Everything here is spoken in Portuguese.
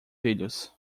filhos